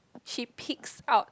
she peeks out